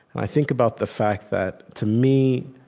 i think about the fact that, to me,